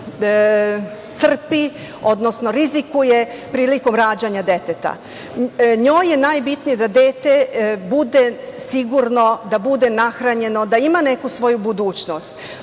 odnosno rizikuje prilikom rađanja deteta, njoj je najbitnije da dete bude sigurno, da bude nahranjeno, da ima neku svoju budućnost.